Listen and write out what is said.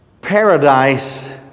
paradise